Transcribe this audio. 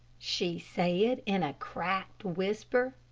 she said, in a cracked whisper,